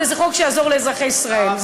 וזה חוק שיעזור לאזרחי ישראל.